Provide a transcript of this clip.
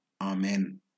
Amen